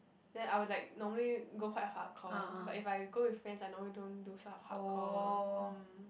then I will like normally go quite hardcore but if I go with friends I normally don't do so hardcore